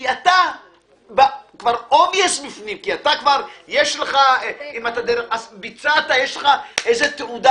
כי אתה כבר obvious בפנים, יש לך איזה תעודה.